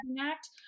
act